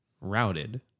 routed